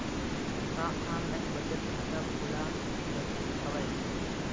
का ऑनलाइन बचत खाता खोला सुरक्षित हवय?